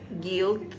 guilt